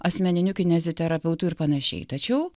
asmeniniu kineziterapeutu ir panašiai tačiau